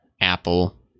Apple